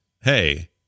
Hey